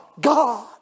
God